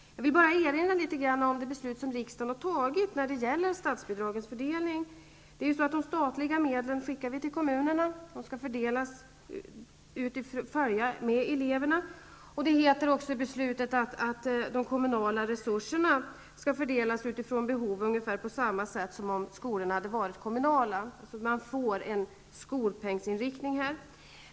Jag vill bara erinra om det beslut som riksdagen har fattat om statsbidragens fördelning. De statliga medlen skickar vi till kommunerna -- de skall fördelas och följa med eleverna. Det heter i beslutet också att de kommunala resurserna skall fördelas utifrån behov, ungefär på samma sätt som om skolorna hade varit kommunala, så att man får en skolpengsinriktning här.